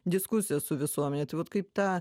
diskusiją su visuomene tai vat kaip tą